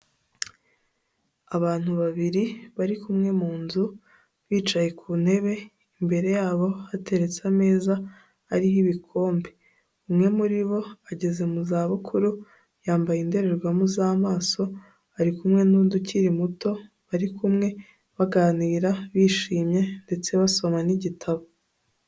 Abantu babiri bari kumwe mu nzu bicaye ku ntebe, imbere yabo hateretse ameza ariho ibikombe. Umwe muri bo ageze mu za bukuru, yambaye indorerwamo z'amaso. Ari kumwe n'undi ukiri muto, bari kumwe baganira bishimye ndetse basoma n'igitabo.